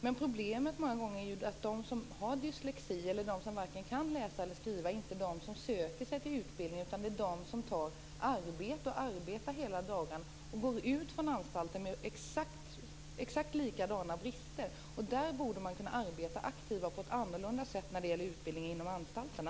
Men problemet är ju många gånger att de som har dyslexi eller de som varken kan läsa eller skriva inte söker sig till utbildning utan de tar arbete och arbetar hela dagarna. Därmed går de ut från anstalten med exakt samma brister som förut. Där borde man kunna arbeta aktivare på ett annorlunda sätt med utbildningen inom anstalterna.